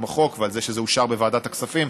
החוק ועל זה שזה אושר בוועדת הכספים,